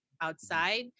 outside